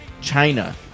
China